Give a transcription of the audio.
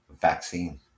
vaccine